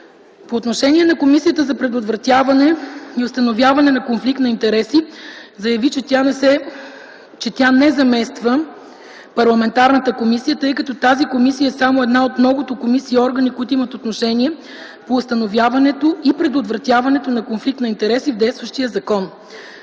По отношение на Комисията за предотвратяване и установяване на конфликт на интереси заяви, че тя не замества парламентарната комисия, тъй като тази комисия е само една от многото комисии и органи, които имат отношение по установяването и предотвратяването на конфликта на интереси в действащия закон.